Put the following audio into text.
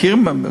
מכירים להם,